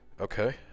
Okay